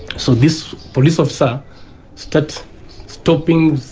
so this police officer started stopping,